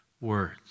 words